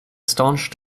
staunch